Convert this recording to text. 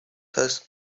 thus